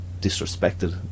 disrespected